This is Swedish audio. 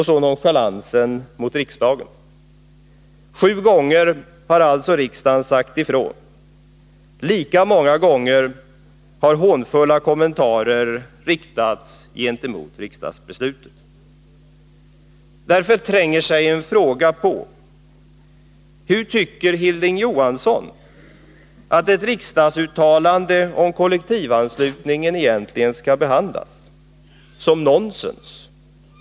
Så några ord om nonchalansen mot riksdagen. Sju gånger har alltså riksdagen sagt ifrån. Lika många gånger har hånfulla kommentarer riktats gentemot riksdagsbeslutet. Därför tränger sig en fråga på: Hur tycker Hilding Johansson att ett riksdagsuttalande om kollektivanslutningen egentligen skall behandlas? Som nonsens?